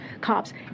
cops